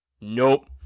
Nope